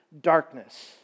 darkness